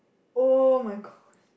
[oh]-my-god